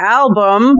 album